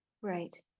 Right